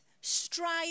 strive